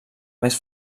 més